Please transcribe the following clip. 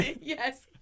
Yes